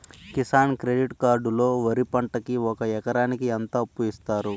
Kisan credit card లో వరి పంటకి ఒక ఎకరాకి ఎంత అప్పు ఇస్తారు?